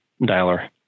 dialer